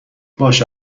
باشه